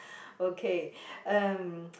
okay um